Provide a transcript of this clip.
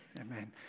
Amen